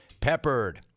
Peppered